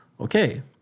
Okay